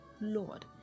Lord